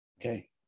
Okay